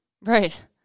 Right